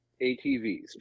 ATVs